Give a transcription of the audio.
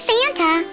Santa